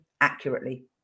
accurately